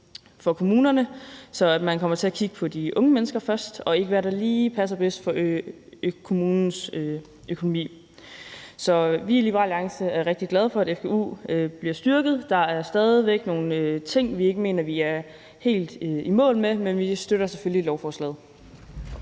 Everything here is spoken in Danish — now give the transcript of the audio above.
for kommunerne, så man kommer til at kigge på de unge mennesker først og ikke, hvad der lige passer bedst for kommunens økonomi. Vi i Liberal Alliance er rigtig glade for, at fgu bliver styrket. Der er stadig væk nogle ting, som vi ikke mener vi er helt i mål med, men vi støtter selvfølgelig lovforslaget.